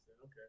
Okay